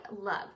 love